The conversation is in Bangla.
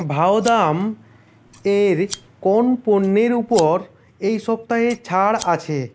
ভাহদাম এর কোন পণ্যের উপর এই সপ্তাহে ছাড় আছে